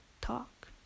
talk